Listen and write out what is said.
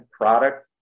product